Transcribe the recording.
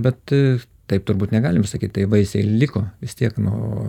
bet taip turbūt negalim sakyt tai vaisiai liko vis tiek nu